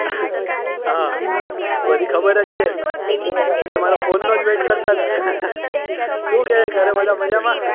હા બધી ખબર જ છે અચ્છા મારા ફોનનો જ વેઇટ કરતા હતા શું કહે ઘરે બધા મજામાં